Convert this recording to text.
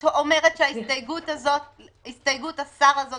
שרית, את אומרת שהסתייגות השר הזו